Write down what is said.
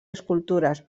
escultures